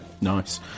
Nice